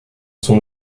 son